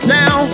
now